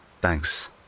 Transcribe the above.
Thanks